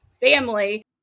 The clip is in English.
family